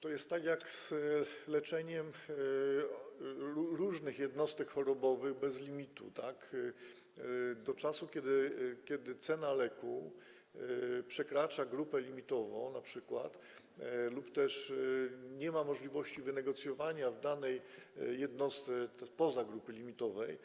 To jest tak jak z leczeniem różnych jednostek chorobowych bez limitu do czasu, kiedy cena leku przekracza grupę limitową na przykład lub też nie ma możliwości wynegocjowania w danej jednostce spoza grupy limitowej